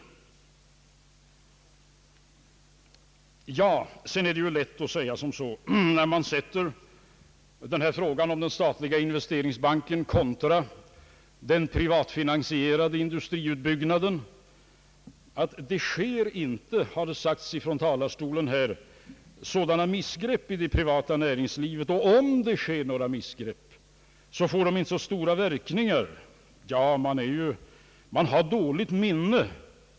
Det är lätt att säga — som har gjorts från denna talarstol — när man sätter denna fråga om den statliga investeringsbanken kontra den privatfinansierade industriutbyggnaden, att det inte förekommer några missgrepp inom det privata näringslivet och att om det sker några missgrepp får de inte så stora verkningar. Ja, man har dåligt minne.